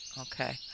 Okay